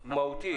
מהותי.